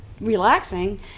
relaxing